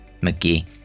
McGee